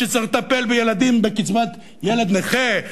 שצריך לטפל בילדים בקצבת ילד נכה?